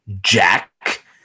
Jack